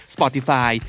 Spotify